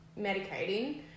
medicating